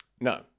No